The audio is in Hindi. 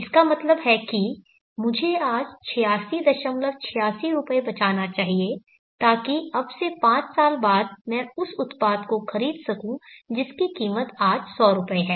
इसका मतलब है कि मुझे आज 8686 रुपये बचाना चाहिए ताकि अब से पांच साल बाद मैं उस उत्पाद को खरीद सकूं जिसकी कीमत आज 100 रुपये है